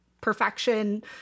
perfection